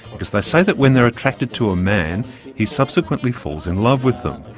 because they say that when they are attracted to a man he subsequently falls in love with them.